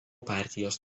partijos